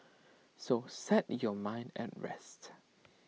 so set your mind at rest